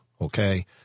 okay